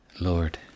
Lord